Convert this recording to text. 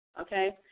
okay